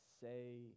say